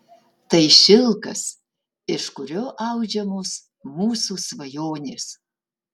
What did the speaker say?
tai šilkas iš kurio audžiamos mūsų svajonės